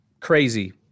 crazy